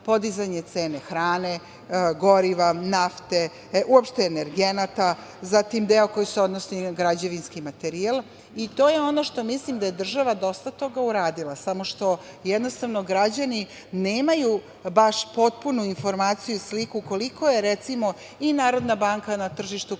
podizanje cene hrane, goriva, nafte, uopšte energenata, zatim, deo koji se odnosi na građevinski materijal. To je ono što mislim da je država dosta toga uradila, samo što jednostavno građani nemaju baš potpunu informaciju i sliku koliko je, recimo, i NBS na tržištu